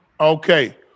Okay